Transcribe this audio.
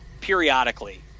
periodically